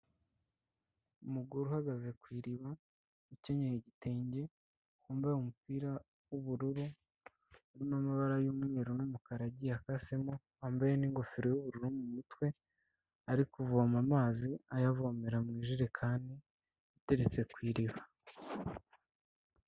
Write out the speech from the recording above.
Umugore uhagaze ku iriba, ukenyeye igitenge, wambaye umupira w'ubururu, urimo amabara y'umweru n'umukara agiye akasemo wambaye n'ingofero y'ubururu mu mutwe ari kuvoma amazi ayavomera mu ijerekani iteretse ku iriba.